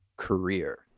career